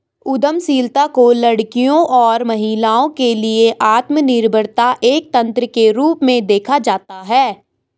उद्यमशीलता को लड़कियों और महिलाओं के लिए आत्मनिर्भरता एक तंत्र के रूप में देखा जाता है